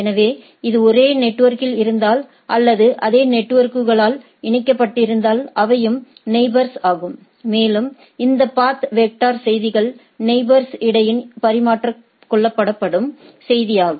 எனவே இது ஒரே நெட்வொர்க்கில் இருந்தால் அல்லது அதே நெட்வொர்க்குகளால் இணைக்கப்பட்டிருந்தால் அவையும் நெயிபோர்ஸ் ஆகும் மேலும் இந்த பாத் வெக்டர் செய்திகள் நெயிபோர்ஸ் இடையில் பரிமாறிக்கொள்ளப்படும் செய்தியாகும்